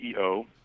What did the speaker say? CEO